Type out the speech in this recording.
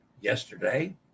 yesterday